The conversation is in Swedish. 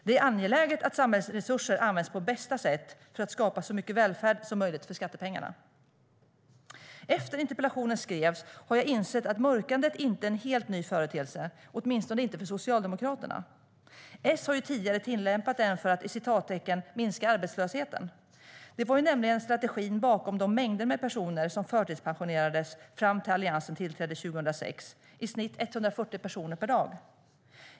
Det är angeläget att samhällets resurser används på bästa sätt för att skapa så mycket välfärd som möjligt för skattepengarna. Efter det att interpellationen skrevs har jag insett att mörkandet inte är en helt ny företeelse, åtminstone inte för Socialdemokraterna. De har ju tidigare tillämpat det för att "minska arbetslösheten". Det var nämligen strategin bakom de mängder med personer som förtidspensionerades fram till det att Alliansen tillträdde 2006, i snitt 140 personer per dag.